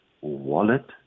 wallet